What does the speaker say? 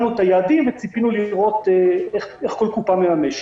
הצגנו את היעדים וציפינו לראות איך כל קופה מממשת.